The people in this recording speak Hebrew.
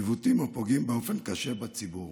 עיוותים הפוגעים באופן קשה בציבור.